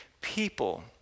people